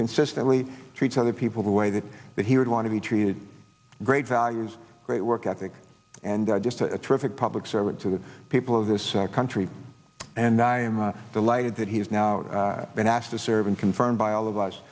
consistently treats other people who waited that he would want to be treated great values great work ethic and just a terrific public servant to the people of this country and i am delighted that he has now been asked to serve and confirmed by all of us